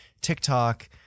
tiktok